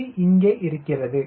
c இங்கே இருக்கிறது